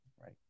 right